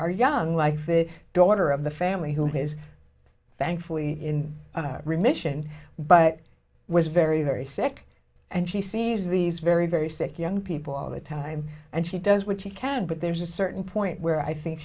are young like the daughter of the family who is thankfully in remission but was very very sick and she sees these very very sick young people all the time and she does what she can but there's a certain point where i think